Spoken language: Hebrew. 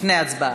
הבעת דעה.